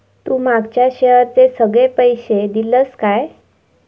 तू मागच्या शेअरचे सगळे पैशे दिलंस काय?